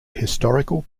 historical